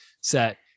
set